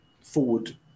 forward